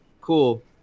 cool